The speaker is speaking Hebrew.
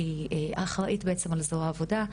שהיא אחראית בעצם על זרוע העבודה.